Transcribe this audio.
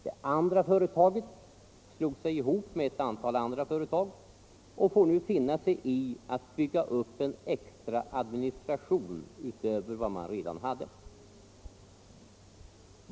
Det andra företaget slog sig ihop med ett antal andra företag och får nu finna sig i att bygga upp en extra administration utöver den man redan hade.